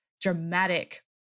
dramatic